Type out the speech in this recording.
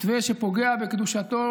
מתווה שפוגע בקדושתו